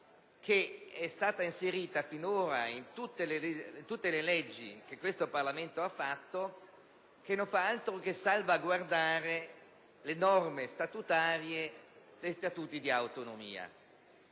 che è stata inserita finora in tutte le leggi che questo Parlamento ha approvato, che non fa altro che salvaguardare le norme statutarie e degli Statuti di autonomia.